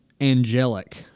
angelic